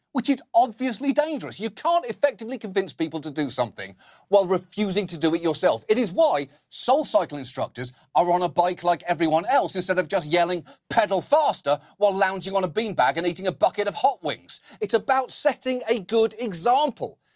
which is obviously dangerous. you can't effectively convince people to do something while refusing to do it yourself. it is why soul cycle instructors are on a bike like everyone else instead of just yelling, pedal faster, while lounging on a bean bag and eating a bucket of hot wings. it's about setting a good example.